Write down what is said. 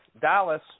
Dallas